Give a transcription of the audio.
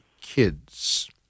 kids